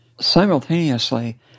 simultaneously